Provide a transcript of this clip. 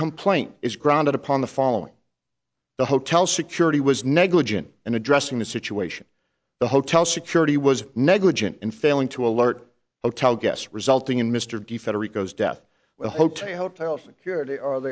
complaint is grounded upon the following the hotel security was negligent in addressing the situation the hotel security was negligent in failing to alert hotel guests resulting in mr d federico death well hotel hotel security